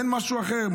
אין משהו אחר,